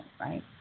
right